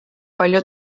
palju